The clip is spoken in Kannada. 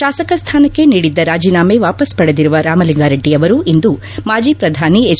ಶಾಸಕ ಸ್ಥಾನಕ್ಕೆ ನೀಡಿದ್ದ ರಾಜೀನಾಮೆ ವಾಪಸ್ ಪಡೆದಿರುವ ರಾಮಲಿಂಗಾರೆಡ್ಡಿಯವರು ಇಂದು ಮಾಜಿ ಪ್ರಧಾನಿ ಎಚ್